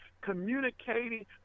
communicating